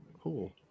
Cool